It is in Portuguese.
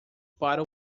para